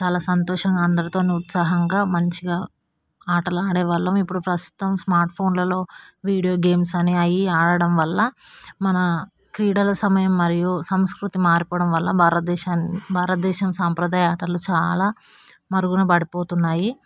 చాలా సంతోషంగా అందరితో ఉత్సాహంగా మంచిగా ఆటలు ఆడేవాళ్ళం ఇప్పుడు ప్రస్తుతం స్మార్ట్ ఫోన్లలో వీడియో గేమ్స్ అని అవి ఆడడం వల్ల మన క్రీడల సమయం మరియు సంస్కృతి మారిపోవడం వల్ల భారతదేశ భారతదేశం సాంప్రదాయ ఆటలు చాలా మరుగున పడిపోతున్నాయి